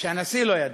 שהנשיא לא ידע.